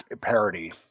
parody